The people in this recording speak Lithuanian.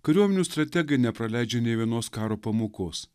kariuomenių strategai nepraleidžia nei vienos karo pamokos